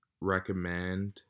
recommend